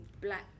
black